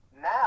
now